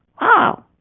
wow